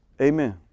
Amen